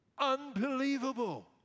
Unbelievable